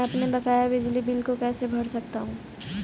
मैं अपने बकाया बिजली बिल को कैसे भर सकता हूँ?